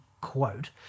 quote